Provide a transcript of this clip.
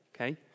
Okay